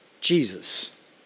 Jesus